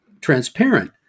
transparent